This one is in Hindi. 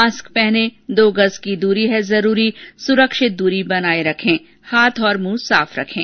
मास्क पहनें दो गज़ की दूरी है जरूरी सुरक्षित दूरी बनाए रखें हाथ और मुंह साफ रखें